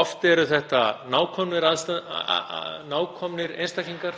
Oft eru þarna nákomnir einstaklingar